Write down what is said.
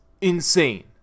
insane